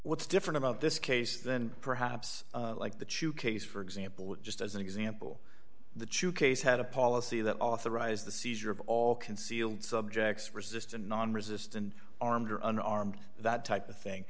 what's different about this case than perhaps like the chu case for example just as an example the choo case had a policy that authorized the seizure of all concealed subjects resistant nonresistant armed or unarmed that type of thing